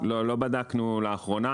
לא, לא בדקנו לאחרונה.